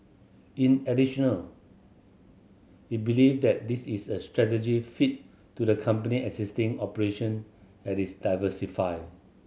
in additional it believe that this is a strategic fit to the company existing operation as it diversify